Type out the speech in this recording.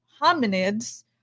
hominids